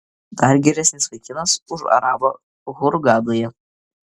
dar geresnis vaikinas už arabą hurgadoje